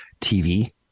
TV